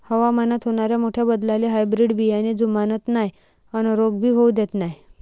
हवामानात होनाऱ्या मोठ्या बदलाले हायब्रीड बियाने जुमानत नाय अन रोग भी होऊ देत नाय